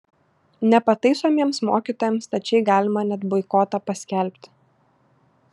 nepataisomiems mokytojams stačiai galima net boikotą paskelbti